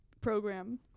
program